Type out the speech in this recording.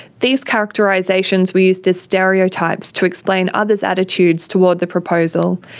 these characterisations were used as stereotypes to explain others' attitudes toward the proposal,